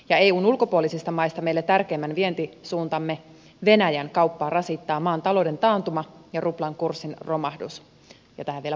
eun ulkopuolisista maista meille tärkeimmän vientisuuntamme venäjän kauppaa rasittaa maan talouden taantuma ja ruplan kurssin romahdus ja tähän vielä pakotteet päälle